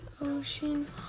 ocean